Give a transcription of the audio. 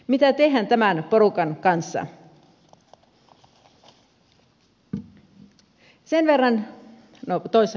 mitä tehdään tämän porukan kanssa